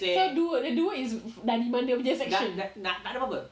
so dua the dua is dari mana punya section